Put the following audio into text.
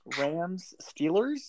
Rams-Steelers